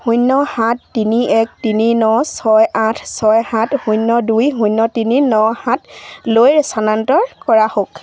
শূন্য সাত তিনি এক তিনি ন ছয় আঠ ছয় সাত শূন্য দুই শূন্য তিনি ন সাতলৈ স্থানান্তৰ কৰা হওক